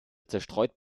zerstreut